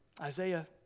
Isaiah